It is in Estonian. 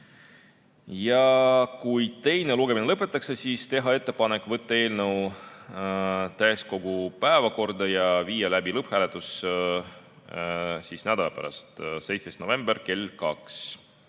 kui teine lugemine lõpetatakse, siis teha ettepanek võtta eelnõu täiskogu päevakorda ja viia läbi lõpphääletus nädala pärast, 17. novembril kell 2,